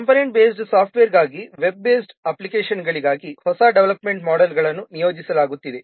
component based ಸಾಫ್ಟ್ವೇರ್ಗಾಗಿ web based ಅಪ್ಲಿಕೇಶನ್ಗಳಿಗಾಗಿ ಹೊಸ ಡೆವಲ್ಮೆಂಟ್ ಮೋಡೆಲ್ಗಳನ್ನು ನಿಯೋಜಿಸಲಾಗುತ್ತಿದೆ